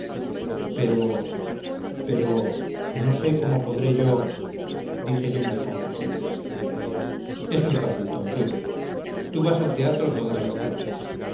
pero pero no sé cómo podré yo dije lleno de confusiones es muy fácil tontuelo tú vas al teatro todas las tardes